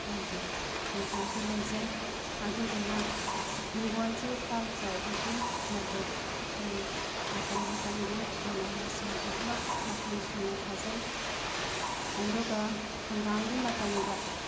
ꯑꯩꯒꯤ ꯏꯪꯈꯣꯟꯁꯨ ꯂꯩꯖꯩ ꯑꯗꯨꯏꯗꯨꯅ ꯏꯪꯈꯣꯟꯁꯤ ꯄꯥꯛ ꯆꯥꯎꯕꯒꯤ ꯃꯇꯤꯛ ꯑꯩ ꯃꯇꯝ ꯃꯇꯝꯒꯤ ꯃꯅꯥ ꯃꯁꯤꯡ ꯑꯗꯨꯃꯛ ꯃꯈꯟ ꯁꯨꯅ ꯊꯥꯖꯩ ꯑꯗꯨꯒ ꯍꯪꯒꯥꯝꯒꯤ ꯃꯇꯝꯗ